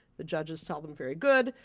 the judges tell them very good.